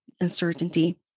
uncertainty